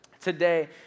today